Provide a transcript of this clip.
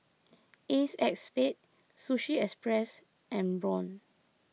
Ace X Spade Sushi Express and Braun